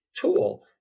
tool